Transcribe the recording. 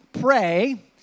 pray